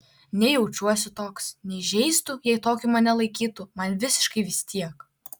nei jaučiuosi toks nei žeistų jei tokiu mane laikytų man visiškai vis tiek